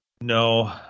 No